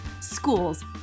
schools